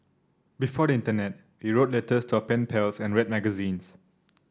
before the internet we wrote letters to our pen pals and read magazines